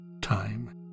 time